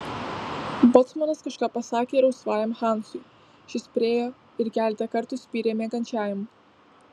bocmanas kažką pasakė rausvajam hansui šis priėjo ir keletą kartų spyrė miegančiajam